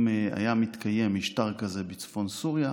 אם היה מתקיים משטר כזה בצפון סוריה,